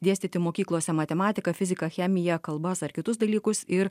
dėstyti mokyklose matematiką fiziką chemiją kalbas ar kitus dalykus ir